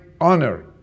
honor